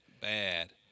Bad